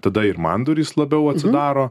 tada ir man durys labiau atsidaro